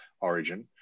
Origin